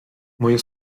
moje